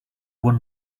one